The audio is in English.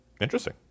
Interesting